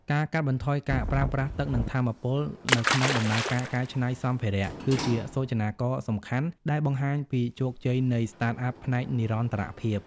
ការកាត់បន្ថយការប្រើប្រាស់ទឹក និងថាមពលនៅក្នុងដំណើរការកែច្នៃសម្ភារៈ គឺជាសូចនាករសំខាន់ដែលបង្ហាញពីជោគជ័យនៃ Startup ផ្នែកនិរន្តរភាព។